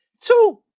two